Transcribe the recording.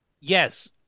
Yes